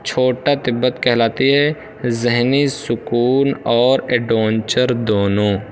چھوٹا تبت کہلاتی ہے ذہنی سکون اور ایڈونچر دونوں